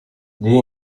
gli